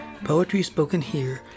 PoetrySpokenHere